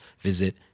visit